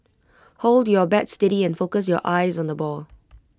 hold your bat steady and focus your eyes on the ball